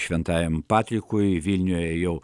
šventajam patrikui vilniuje jau